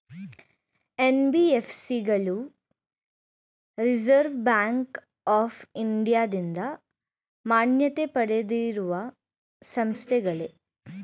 NBFC ಗಳು reserve bank of ಇಂಡಿಯಾದಿಂದ ಮಾನ್ಯತೆ ಪಡೆದಿರುವ ಸಂಸ್ಥೆಗಳೇ?